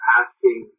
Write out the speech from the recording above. asking